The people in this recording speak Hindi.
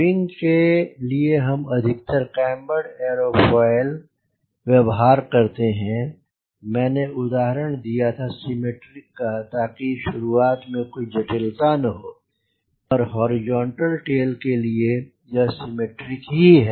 विंग के लिए हम अधिकतर कैमबर्ड एरोफोइल व्यवहार करते हैं मैंने उदाहरण दिया था सिमेट्रिक का ताकि शुरुआत में कोई जटिलता न हो पर हॉरिजॉन्टल टेल के लिए यह सिमेट्रिक ही है